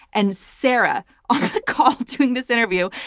and sarah on the call doing this interview.